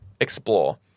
explore